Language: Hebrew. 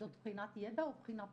זו בחינת ידע או בחינה פסיכומטרית?